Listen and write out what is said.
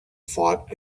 fought